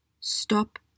Stop